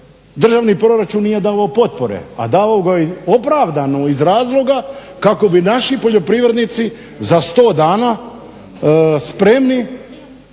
državni proračun nije davao potpore, a davao ga je opravdano iz razloga kako bi naši poljoprivrednici za sto dana spremni